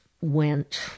went